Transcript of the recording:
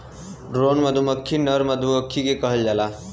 drone मधुमक्खी नर मधुमक्खी के कहल जाला